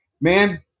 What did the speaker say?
man